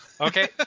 Okay